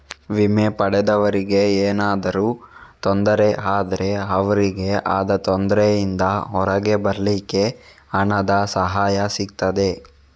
ವಿಮೆ ಪಡೆದವರಿಗೆ ಏನಾದ್ರೂ ತೊಂದ್ರೆ ಆದ್ರೆ ಅವ್ರಿಗೆ ಆದ ತೊಂದ್ರೆಯಿಂದ ಹೊರಗೆ ಬರ್ಲಿಕ್ಕೆ ಹಣದ ಸಹಾಯ ಸಿಗ್ತದೆ